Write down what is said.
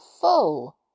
full